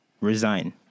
resign